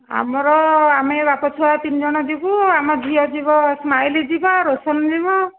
ଅମର ଆମେ ବାପ ଛୁଆ ତିନିଜଣ ଯିବୁ ଆମ ଝିଅ ଯିବ ସ୍ମାଇଲ୍ ଯିବ ରୋଶନ ଯିବ